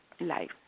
life